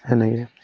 সেনেকৈ